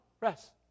rest